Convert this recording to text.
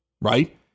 right